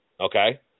Okay